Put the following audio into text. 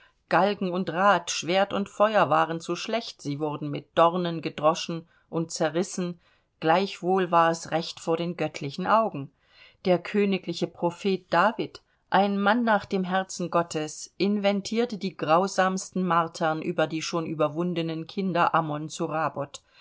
galgen und rad schwert und feuer waren zu schlecht sie wurden mit dornen gedroschen und zerrissen gleichwohl war es recht vor den göttlichen augen der königliche prophet david ein mann nach dem herzen gottes inventierte die grausamsten martern über die schon überwundenen kinder ammon zu rabboth